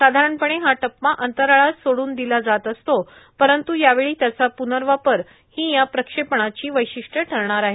साधारणपणे हा टप्पा अंतराळात सोडून दिला जात असतो परंत् यावेळी त्याचा प्र्नवापर या प्रक्षेपणाची वैशिष्ट्ये ठरणार आहे